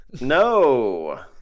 no